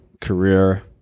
career